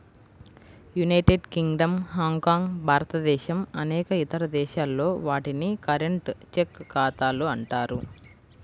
United Kingdom, Hong, భారతదేశం అనేక ఇతర దేశాల్లో, వాటిని కరెంట్, చెక్ ఖాతాలు అంటారు